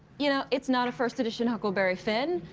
you know, it's not a first edition huckleberry finn.